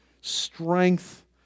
strength